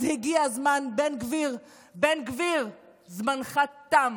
אז "הגיע זמן בן גביר" בן גביר, זמנך תם.